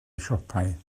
siopau